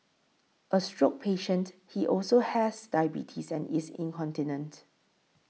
a stroke patient he also has diabetes and is incontinent